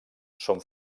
són